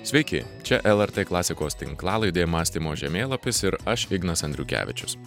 sveiki čia lrt klasikos tinklalaidė mąstymo žemėlapis ir aš ignas andriukevičius